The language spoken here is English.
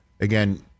again